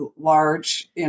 large